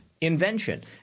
invention